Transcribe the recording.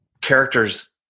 characters